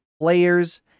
players